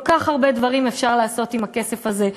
כל כך הרבה דברים אפשר לעשות עם הכסף הזה,